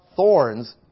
thorns